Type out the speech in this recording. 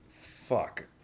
Fuck